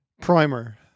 Primer